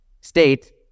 state